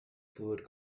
fluid